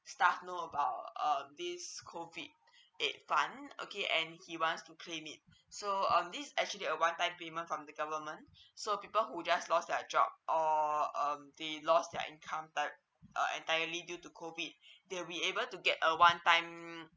staff know about um this COVID aid fund okay and he wants to clean it so um this actually a one type payment from the government so people would just lost their job or um they lost their income type um entirely due to COVID they will be able to get a one time